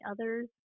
others